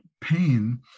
pain